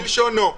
כלשונו.